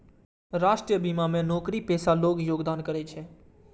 राष्ट्रीय बीमा मे नौकरीपेशा लोग योगदान करै छै